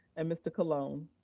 and mr. colon.